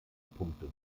punkte